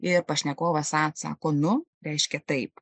ir pašnekovas a atsako nu reiškia taip